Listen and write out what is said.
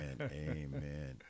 amen